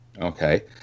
okay